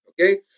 okay